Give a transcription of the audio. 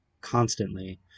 constantly